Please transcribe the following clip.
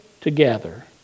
together